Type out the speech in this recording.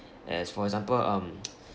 as for example um